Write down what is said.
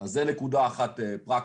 אז זו נקודה אחת פרקטית.